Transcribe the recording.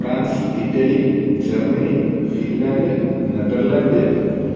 France Italy Germany Finland Netherlands